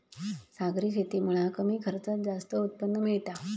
सागरी शेतीमुळा कमी खर्चात जास्त उत्पन्न मिळता